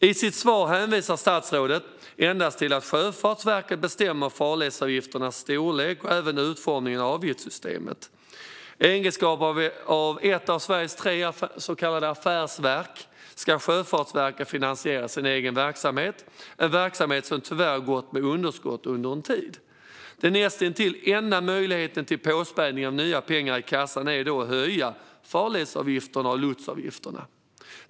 I sitt svar hänvisar statsrådet endast till att Sjöfartsverket bestämmer farledsavgifternas storlek och även utformningen av avgiftssystemet. I egenskap av ett av Sveriges tre så kallade affärsverk ska Sjöfartsverket finansiera sin egen verksamhet, en verksamhet som tyvärr gått med underskott under en tid. Den näst intill enda möjligheten till påspädning med nya pengar i kassan är att höja farleds och lotsavgifterna.